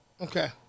Okay